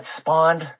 spawned